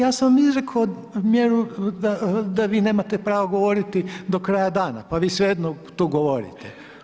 Ja sam izrekao mjeru da nemate pravo govoriti do kraja dana, pa vi svejedno tu govorite.